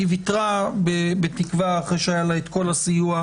היא ויתרה בתקווה, אחרי שהיה לה כל הסיוע.